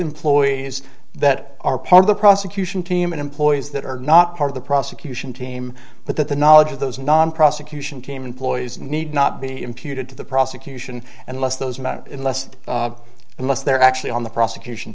employees that are part of the prosecution team and employees that are not part of the prosecution team but that the knowledge of those non prosecution team employees need not be imputed to the prosecution unless those matter less unless they're actually on the prosecution